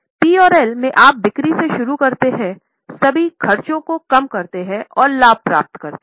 P और L में आप बिक्री से शुरू करते हैं सभी खर्चों को कम करते हैं और लाभ प्राप्त करें है